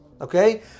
okay